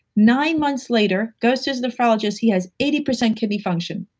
nine months later goes to his nephrologist, he has eighty percent kidney function.